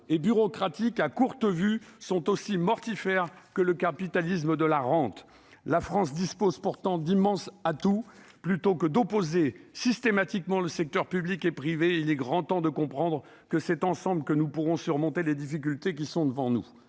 et bureaucratique à courte vue sont aussi mortifères que le capitalisme de la rente. La France dispose pourtant d'immenses atouts. Plutôt que d'opposer systématiquement secteurs public et privé, il est grand temps de comprendre que c'est ensemble que nous pourrons surmonter les difficultés qui sont devant nous.